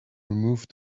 removed